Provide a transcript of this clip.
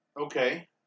Okay